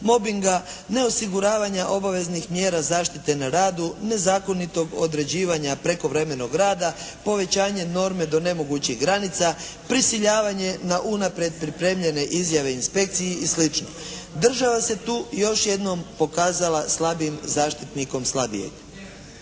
mobinga, neosiguravanja obaveznih mjera zaštite za radu, nezakonitog određivanja prekovremenog rada, povećanje norme do nemogućih granica, prisiljavanje na unaprijed pripremljene izjave inspekciji i sl. Država se tu još jednom pokazala slabijim, zaštitnikom slabijeg.